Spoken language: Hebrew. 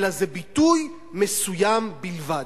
אלא זה ביטוי מסוים בלבד.